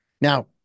Now